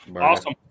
awesome